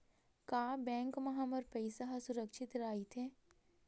का बैंक म हमर पईसा ह सुरक्षित राइथे?